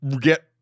get